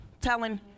telling